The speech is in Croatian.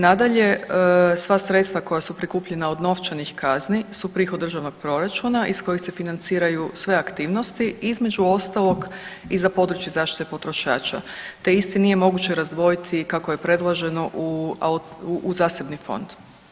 Nadalje, sva sredstva koja su prikupljena od novčanih kazni su prihod državnog proračuna iz kojih se financiraju sve aktivnosti, između ostalog i za područje zaštite potrošača te isti nije moguće razdvojiti kako je predloženo u zasebni fond.